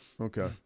Okay